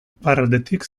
iparraldetik